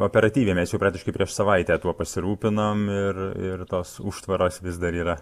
operatyviai mes jau praktiškai prieš savaitę tuo pasirūpinom ir ir tos užtvaros vis dar yra